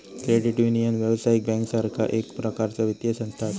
credit union, व्यावसायिक बँकेसारखा एक प्रकारचा वित्तीय संस्था असा